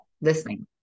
listening